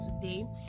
today